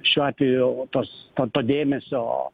šiuo atveju tos to dėmesio